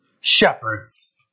shepherds